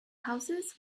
houses